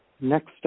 Next